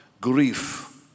grief